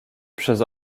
przez